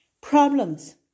Problems